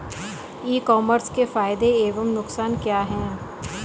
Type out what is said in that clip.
ई commerce के फायदे एवं नुकसान क्या हैं?